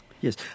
Yes